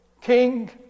king